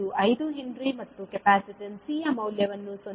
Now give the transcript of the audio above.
5 henry ಮತ್ತು capacitance C ಯ ಮೌಲ್ಯವನ್ನು 0